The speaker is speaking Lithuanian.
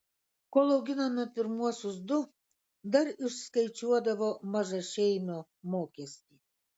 kol auginome pirmuosius du dar išskaičiuodavo mažašeimio mokestį